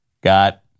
got